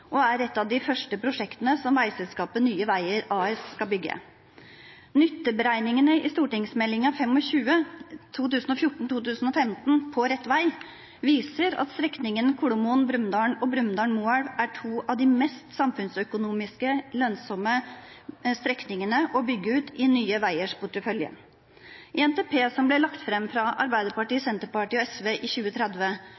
og er et av de første prosjektene som veiselskapet Nye Veier AS skal bygge. Nytteberegningene i St.meld. nr. 25 for 2014–2015, På rett vei, viser at strekningene Kolomoen–Brumunddal og Brumunddal–Moelv er to av de mest samfunnsøkonomisk lønnsomme strekningene å bygge ut i Nye Veiers portefølje. I NTP som ble lagt fram av Arbeiderpartiet,